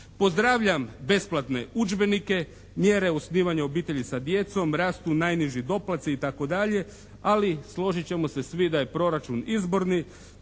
Pozdravljam besplatne udžbenike, mjere osnivanja obitelji sa djecom, rastu najniži doplatci ali složit ćemo se svi da je proračun izborni,